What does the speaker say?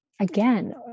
again